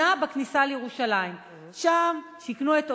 שכונה בכניסה לירושלים.